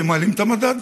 כי הם מעלים את המדד,